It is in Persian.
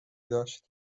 داشت